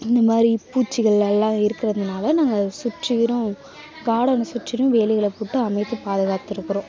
இந்த மாதிரி பூச்சிகள் எல்லாம் இருக்கிறதுனால நாங்கள் அதை சுற்றிரும் கார்டனை சுற்றிரும் வேலிகளை போட்டு அமைத்து பாதுகாத்துருக்கிறோம்